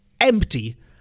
empty